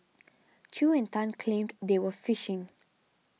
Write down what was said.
Chew and Tan claimed they were fishing